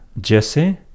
Jesse